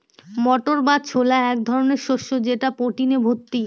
মটর বা ছোলা এক ধরনের শস্য যেটা প্রোটিনে ভর্তি